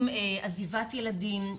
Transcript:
עם עזיבת ילדים,